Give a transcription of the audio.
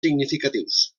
significatius